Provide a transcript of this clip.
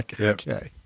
okay